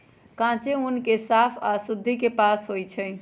कांचे ऊन के साफ आऽ शुद्धि से पास होइ छइ